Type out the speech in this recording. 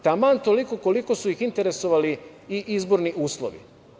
Taman toliko koliko su ih interesovali i izborni uslovi.